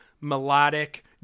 melodic